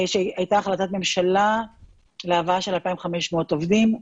שהייתה החלטת ממשלה להבאה של 2,500 עובדים,